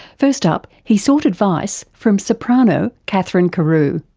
first up he sought advice from soprano katherine carew.